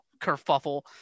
kerfuffle